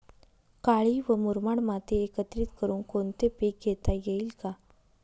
काळी व मुरमाड माती एकत्रित करुन कोणते पीक घेता येईल का?